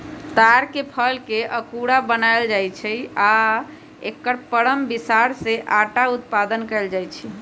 तार के फलके अकूरा बनाएल बनायल जाइ छै आ एकर परम बिसार से अटा उत्पादन कएल जाइत हइ